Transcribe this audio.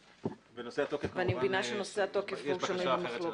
אני מבינה שנושא התוקף שנוי במחלוקת.